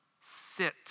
sit